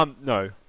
no